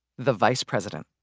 the vice president